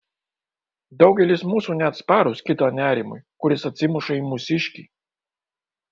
daugelis mūsų neatsparūs kito nerimui kuris atsimuša į mūsiškį